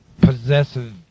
possessive